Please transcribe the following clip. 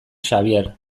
xabier